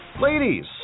Ladies